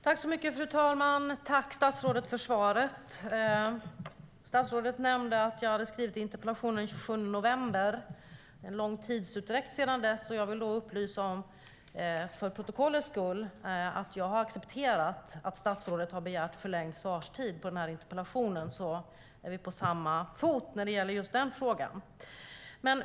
Fru talman! Jag tackar statsrådet för svaret. Statsrådet nämnde att jag ställde interpellationen den 27 november. Det är en lång tidsutdräkt sedan dess, och jag vill för protokollet upplysa om att jag har accepterat att statsrådet har begärt förlängd svarstid på interpellationen. Vi är alltså på samma fot i den frågan.